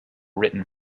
written